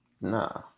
nah